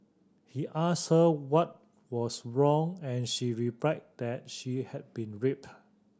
he asked her what was wrong and she replied that she had been raped